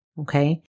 okay